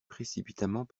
précipitamment